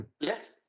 Yes